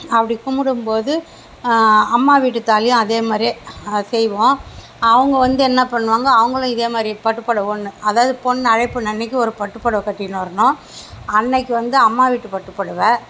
அப்படி கும்பிடும்போது அம்மா வீட்டுத்தாலியும் அதேமாதிரியே செய்வோம் அவங்க வந்து என்ன பண்ணுவாங்க அவுங்களும் இதேமாதிரியே பட்டுப்புடவ ஒன்று அதாவது பொண்ணு அழைப்பு அன்னைக்கு ஒரு பட்டுபுடவ கட்டினு வரணும் அன்னைக்கு வந்து அம்மா வீட்டு பட்டுப்புடவ